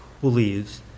believes